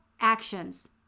actions